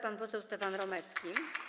Pan poseł Stefan Romecki.